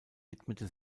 widmete